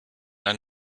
ein